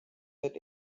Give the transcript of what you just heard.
that